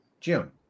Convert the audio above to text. June